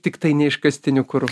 tiktai ne iškastiniu kuru